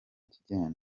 kigenda